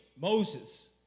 Moses